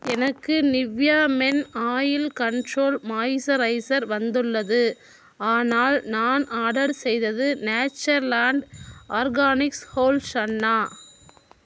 எனக்கு Nivea men oil control moisturiser வந்துள்ளது ஆனால் நான் ஆர்டர் செய்தது நேச்சர்லாண்ட் ஆர்கானிக்ஸ் ஹோல் சன்னா